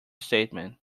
statement